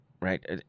right